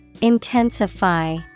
Intensify